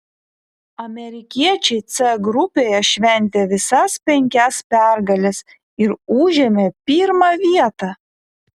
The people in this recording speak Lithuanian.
amerikiečiai c grupėje šventė visas penkias pergales ir užėmė pirmą vietą